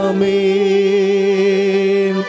Amen